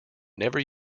never